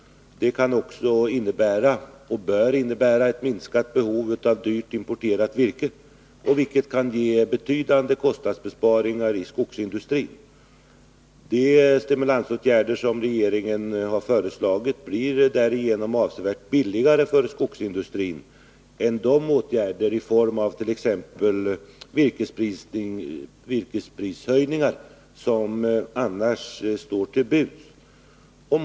Det kan och bör också innebära ett minskat behov av dyrt importerat virke, vilket i sin tur kan medföra betydande Nr 29 kostnadsbesparingar i skogsindustrin. De stimulansåtgärder som regeringen har föreslagit blir därigenom avsevärt billigare för skogsindustrin än de åtgärder i form av t.ex. virkesprishöjningar som annars står till buds.